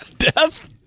death